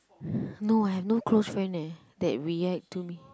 no I have no close friend eh that react to me